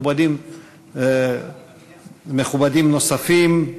מכובדים נוספים,